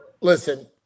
Listen